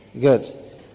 good